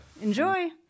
Enjoy